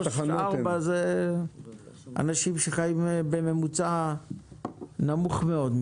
3 ו-4 יש אנשים שחיים בממוצע נמוך מאוד,